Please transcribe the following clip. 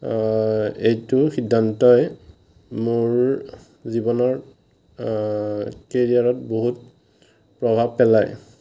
এইটো সিদ্ধান্তই মোৰ জীৱনৰ কেৰিয়াৰত বহুত প্ৰভাৱ পেলায়